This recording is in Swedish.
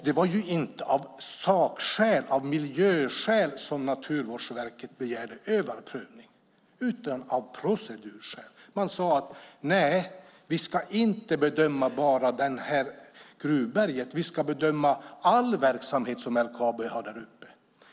Det var ju inte av sakskäl och miljöskäl som Naturvårdsverket begärde överprövning, utan av procedurskäl. Man sade att man inte bara skulle bedöma Gruvberget utan man skulle bedöma all verksamhet som LKAB har där uppe.